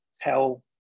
tell